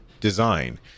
design